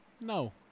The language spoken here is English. No